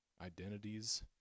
identities